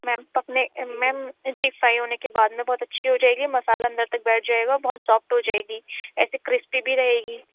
میم اپنے ma'am ji fry ہونے کے بعد میں بہت اچھی ہو جائے گی مسالہ اندر تک بیٹھ جائے گا بہت سافٹ ہو جائے گی ایسے کرسپی بھی رہے گی